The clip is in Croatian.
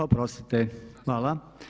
Oprostite, hvala.